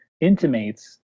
intimates